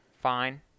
fine